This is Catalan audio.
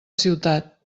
ciutat